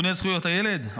וארגוני זכויות הילד,